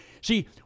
See